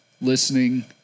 listening